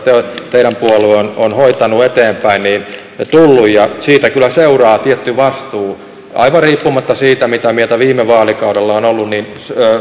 teidän puolueenne on hoitanut eteenpäin ja siitä kyllä seuraa tietty vastuu aivan riippumatta siitä mitä mieltä viime vaalikaudella on ollut